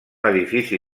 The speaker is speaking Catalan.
edifici